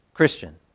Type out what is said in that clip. Christian